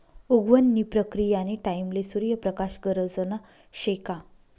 उगवण नी प्रक्रीयानी टाईमले सूर्य प्रकाश गरजना शे का